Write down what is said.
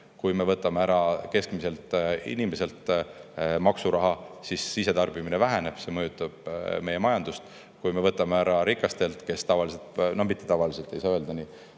Kui me võtame keskmiselt inimeselt ära maksuraha, siis sisetarbimine väheneb ja see mõjutab meie majandust. Kui me võtame ära rikastelt, kelle raha tavaliselt – mitte tavaliselt, nii ei saa öelda –